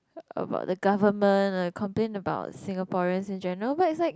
about the government uh complain about Singaporean in general it's like